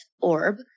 orb